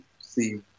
see